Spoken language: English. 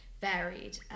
varied